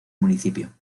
municipio